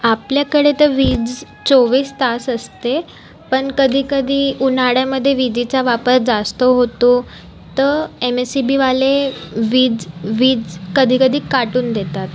आपल्याकडे तर वीज चोवीस तास असते पण कधी कधी उन्हाळ्यामध्ये विजेचा वापर जास्त होतो तर एम एस सी बीवाले वीज वीज कधीकधी काटून देतात